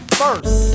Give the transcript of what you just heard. first